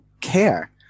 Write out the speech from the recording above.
care